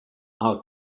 our